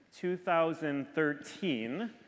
2013